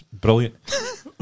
brilliant